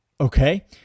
Okay